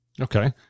Okay